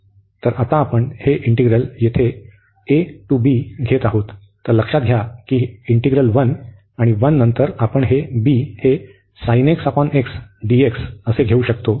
तर आता आपण हे इंटिग्रल येथे a to b घेत आहोत तर लक्षात घ्या की इंटिग्रल 1 आणि 1 नंतर आपण हे b हे dx असे घेऊ शकतो